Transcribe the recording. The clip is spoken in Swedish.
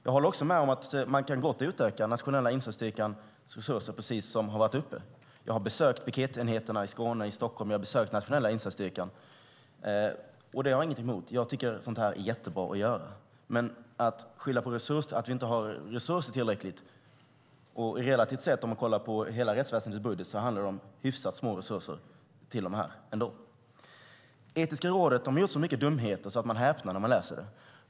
Jag håller med om att man gott kan utöka Nationella insatsstyrkans resurser, som har tagits upp. Jag har besökt piketenheterna i Skåne och Stockholm, och jag har besökt Nationella insatsstyrkan. Det har jag ingenting emot. Jag tycker att det är jättebra att göra. Men man ska inte skylla på att vi inte har tillräckligt med resurser. Om man kollar på hela rättsväsendets budget, relativt sett, handlar det ändå om hyfsat små resurser till detta. Etiska rådet gör så mycket dumheter att man häpnar när man läser om det.